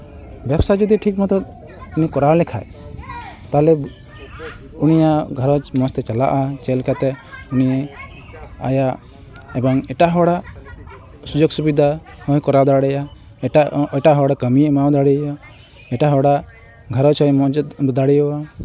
ᱵᱮᱵᱽᱥᱟ ᱡᱚᱫᱤ ᱩᱱᱤ ᱴᱷᱤᱠ ᱢᱚᱛᱚ ᱠᱚᱨᱟᱣ ᱞᱮᱠᱷᱟᱡ ᱛᱟᱦᱚᱞᱮ ᱩᱱᱤᱭᱟᱜ ᱜᱷᱟᱨᱚᱸᱡᱽ ᱢᱚᱡᱽ ᱛᱮ ᱪᱟᱞᱟᱜᱼᱟ ᱪᱮᱫ ᱞᱮᱠᱟᱛᱮ ᱩᱱᱤ ᱟᱭᱟᱜ ᱵᱟᱝ ᱮᱴᱟᱜ ᱦᱚᱲᱟᱜ ᱥᱩᱡᱳᱜᱽ ᱥᱩᱵᱤᱫᱷᱟ ᱦᱚᱭ ᱠᱚᱨᱟᱣ ᱫᱟᱲᱮᱭᱟᱜᱼᱟ ᱮᱴᱟᱜ ᱮᱴᱟᱜ ᱦᱚᱲ ᱡᱟᱹᱢᱤ ᱮᱢᱟᱣ ᱫᱟᱲᱮᱭᱟᱭᱟ ᱮᱴᱟᱜ ᱦᱚᱲᱟᱜ ᱜᱷᱟᱨᱚᱸᱡᱽ ᱦᱚᱭ ᱢᱚᱡᱽ ᱮ ᱫᱟᱲᱮᱭᱟᱜᱼᱟ